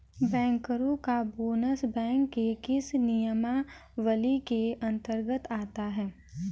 बैंकरों का bonus bank के किस नियमावली के अंतर्गत आता है?